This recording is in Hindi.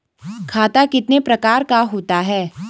खाता कितने प्रकार का होता है?